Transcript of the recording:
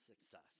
success